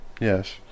Yes